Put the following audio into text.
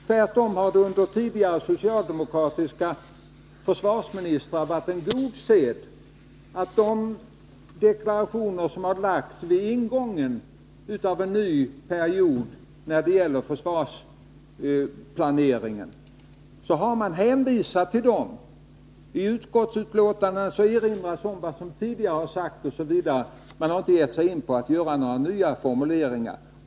Tvärtom har det under tidigare socialdemokratiska försvarsministrar varit en god sed att man hänvisat till de deklarationer som gjorts vid ingången av en ny period i försvarsplaneringen. Tutskottsbetänkandena har erinrats om vad som tidigare sagts — man har inte gett sig in på att göra några nya formuleringar.